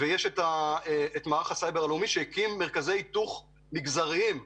ויש את מערך הסייבר הלאומי שהקים מרכזי היתוך מידע מגזריים בתוכו.